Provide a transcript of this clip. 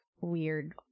weird